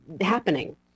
happening